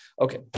Okay